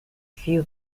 few